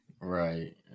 Right